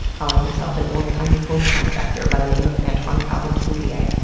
calling himself an olde-timey gold propsector by the name of antoine calvin debouvier,